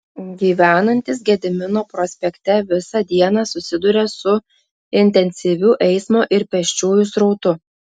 gyvenantys gedimino prospekte visą dieną susiduria su intensyviu eismo ir pėsčiųjų srautu